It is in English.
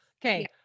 Okay